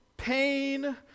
pain